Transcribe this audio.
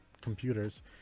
computers